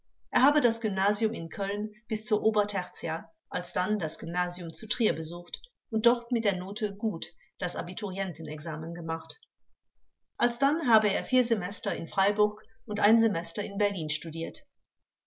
er habe das gymnasium in köln bis zur obertertia alsdann das gymnasium zu trier besucht und dort mit der note gut das abiturientenexamen gemacht alsdann habe er vier semester in freiburg und ein semester in berlin studiert